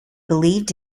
believed